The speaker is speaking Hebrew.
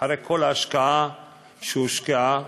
אחרי כל ההשקעה שהושקעה.